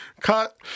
Cut